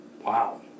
Wow